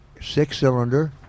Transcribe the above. six-cylinder